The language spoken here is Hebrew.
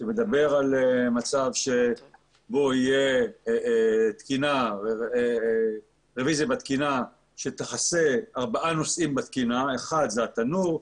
שמדבר על מצב שבו תהיה רביזיה בתקינה שתכסה ארבעה נושאים בתקינה: התנור,